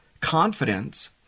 confidence